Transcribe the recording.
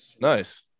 Nice